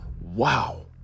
Wow